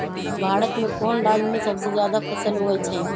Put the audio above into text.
भारत में कौन राज में सबसे जादा फसल उगई छई?